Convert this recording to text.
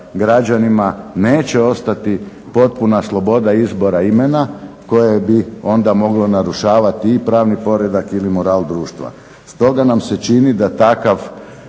građanima neće ostati potpuna sloboda izbora imena koje bi onda moglo narušavati i pravni poredak ili moral društva. Stoga nam se čini da takav